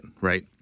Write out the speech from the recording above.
right